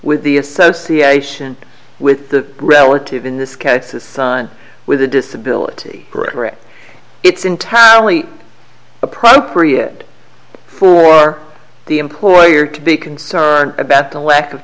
with the association with the relative in this case his son with a disability correct it's entirely appropriate for the employer to be concerned about the lack of